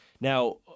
Now